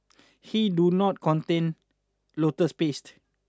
he do not contain lotus paste